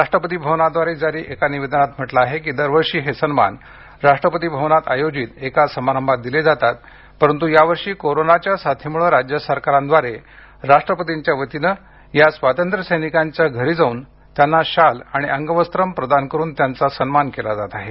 राष्ट्रपती भवनाद्वारे जारी एका निवेदनात म्हटलं आहे की दरवर्षी हे सन्मान राष्ट्रपती भवनात आयोजित एका समारंभात दिले जातात परंतु यावर्षी कोरोनाच्या साथीमुळे राज्य सरकारांनी राष्ट्रपतींच्या वतीने या स्वातंत्र्य सैनिकांच्या घरी जाऊन त्यांना शाल आणि अंगवस्त्रम प्रदान करुन त्यांचा सन्मान केला जात आहे